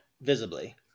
visibly